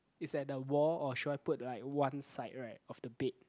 is at the wall or should I put like one side right of the bed